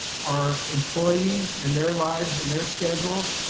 our employees and their lives and their schedules,